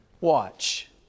Watch